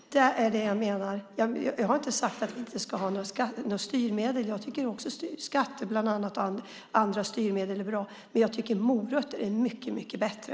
Det är vad jag menar. Jag har inte sagt att vi inte ska ha styrmedel. Också jag tycker att skatter och andra styrmedel är bra, men morötter är mycket mycket bättre.